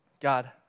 God